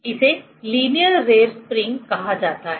इसे linear rate spring कहा जाता है